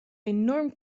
enorm